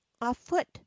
afoot